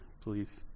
please